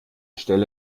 stelle